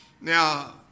Now